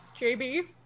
JB